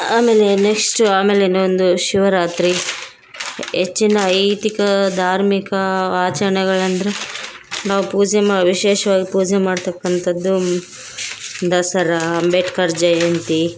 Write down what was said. ಆಮೇಲೆ ನೆಕ್ಸ್ಟು ಆಮೇಲೆ ಇನ್ನೊಂದು ಶಿವರಾತ್ರಿ ಹೆಚ್ಚಿನ ಐತಿಕ ಧಾರ್ಮಿಕ ಆಚರಣೆಗಳಂದ್ರೆ ನಾವು ಪೂಜೆ ಮಾ ವಿಶೇಷ್ವಾಗಿ ಪೂಜೆ ಮಾಡ್ತಕ್ಕಂಥದ್ದು ದಸರಾ ಅಂಬೇಡ್ಕರ್ ಜಯಂತಿ